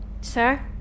Sir